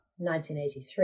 1983